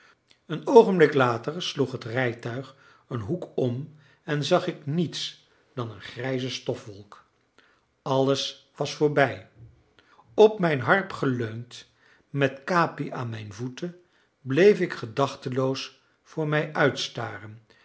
een oogenblik later sloeg het rijtuig een hoek om en zag ik niets dan een grijze stofwolk alles was voorbij op mijn harp geleund met capi aan mijn voeten bleef ik gedachteloos voor mij uitstaren